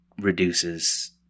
reduces